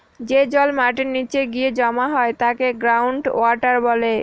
যে জল মাটির নীচে গিয়ে জমা হয় তাকে গ্রাউন্ড ওয়াটার বলে